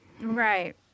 Right